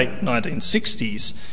1960s